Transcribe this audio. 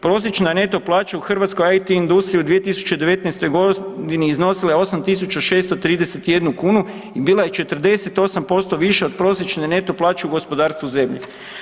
Prosječna neto plaća u hrvatskoj IT industriji u 2019.g. iznosila je 8.631 kunu i bila je 48% posto više od prosječne neto plaće u gospodarstvu zemlje.